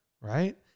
Right